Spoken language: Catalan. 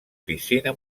piscina